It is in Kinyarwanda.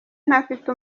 ntafite